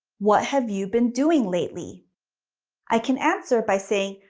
what have you been doing lately i can answer by saying,